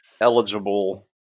eligible